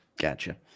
gotcha